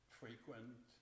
frequent